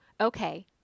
okay